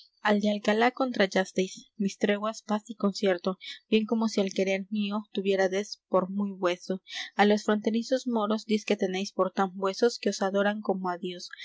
de alcalá contrallasteis mis treguas paz y concierto bien como si el querer mío tuviérades por muy vueso á los fronterizos moros diz que tenéis por tan vuesos que os adoran como